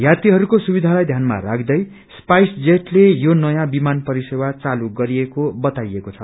यात्रीहरूको सुविधालाद ध्यानमा राख्दै स्पाइसजेटले यो नयाँ विमान परिसेवा चालू गरिएको बाताइएको छ